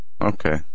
Okay